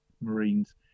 Marines